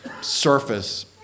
surface